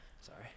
Sorry